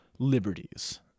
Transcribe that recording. Liberties